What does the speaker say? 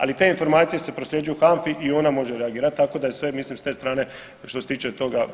Ali te informacije se prosljeđuju HANFI i ona može reagirati tako da je sve mislim, s te strane, što se tiče toga pokriveno.